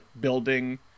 building